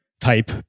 type